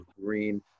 green